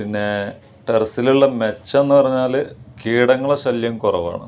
പിന്നേ ടെറസിലുള്ള മെച്ചം എന്ന് പറഞ്ഞാൽ കീടങ്ങളെ ശല്യം കുറവാണ്